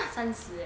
三十 eh